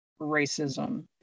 racism